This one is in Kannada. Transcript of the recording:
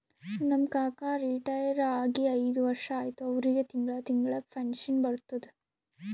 ನಮ್ ಕಾಕಾ ರಿಟೈರ್ ಆಗಿ ಐಯ್ದ ವರ್ಷ ಆಯ್ತ್ ಅವ್ರಿಗೆ ತಿಂಗಳಾ ತಿಂಗಳಾ ಪೆನ್ಷನ್ ಬರ್ತುದ್